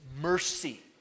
mercy